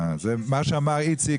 מה שאמר איציק,